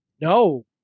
No